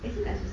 if